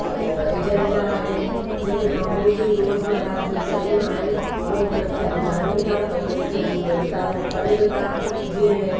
agenda आहिनि जेके मामूली रोजमर्रा जूं शयूं आहिनि उहे उन्हनि खे ॿुधायूं था त उन्हनि जो हू निपटारो कनि बि था जीअं